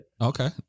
Okay